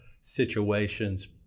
situations